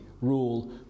rule